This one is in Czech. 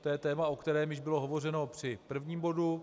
To je téma, o kterém již bylo hovořeno při prvním bodu.